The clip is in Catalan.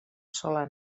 sola